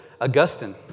Augustine